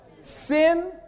Sin